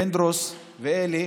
פינדרוס ואלי,